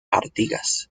artigas